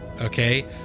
okay